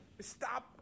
Stop